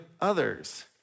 others